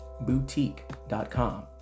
boutique.com